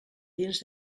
dins